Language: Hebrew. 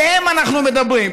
עליהם אנחנו מדברים.